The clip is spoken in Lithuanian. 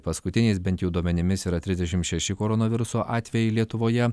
paskutiniais bent jau duomenimis yra trisdešim šeši koronaviruso atvejai lietuvoje